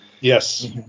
Yes